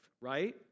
right